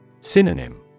Synonym